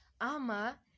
Ama